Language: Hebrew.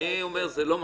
אני אומר שזה לא מספיק.